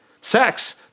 sex